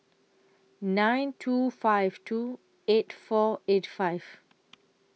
nine two five two eight four eight five